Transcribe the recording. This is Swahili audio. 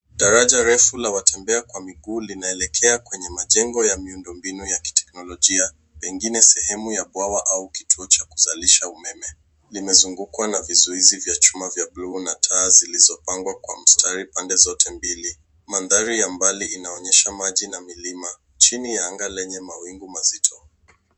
Daraja refu la watembea kwa miguu linaelekea kwenye majengo ya miundo mbinu ya kiteknolijia pengine sehemu ya bwawa au kituo cha kuzalisha umeme. Vimezungukwa na vizuizi vya chuma vya blue na taa zilizopangwa kwa mstari pande zote mbili. Mandhari ya mbali inaonyesha maji na milima. Chini ya anga lenye mawingu mazito.